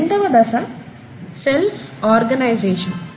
రెండవ దశ self organisation